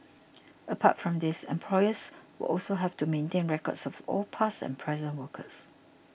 apart from these employers will also have to maintain records of all past and present workers